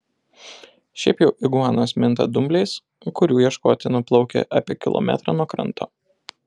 šiaip jau iguanos minta dumbliais kurių ieškoti nuplaukia apie kilometrą nuo kranto